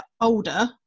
older